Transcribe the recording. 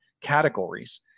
categories